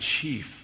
chief